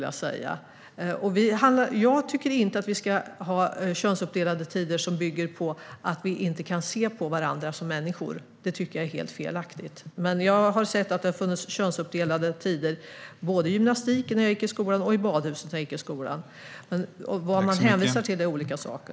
Jag tycker inte att det ska vara könsuppdelade tider som bygger på att vi inte kan se på varandra som människor. Det är helt felaktigt. Men det fanns könsuppdelade tider både i gymnastiken och i badhuset när jag gick i skolan. Vad man hänvisar till är olika saker.